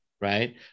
right